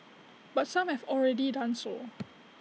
but some have already done so